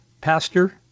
Pastor